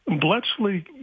bletchley